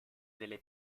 delle